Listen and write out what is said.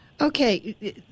Okay